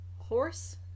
Horse